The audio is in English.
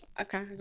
okay